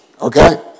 okay